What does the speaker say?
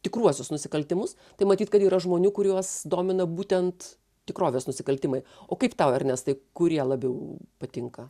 tikruosius nusikaltimus tai matyt kad yra žmonių kuriuos domina būtent tikrovės nusikaltimai o kaip tau ernestai kurie labiau patinka